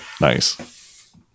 Nice